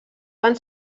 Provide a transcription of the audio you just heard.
van